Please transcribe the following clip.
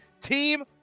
team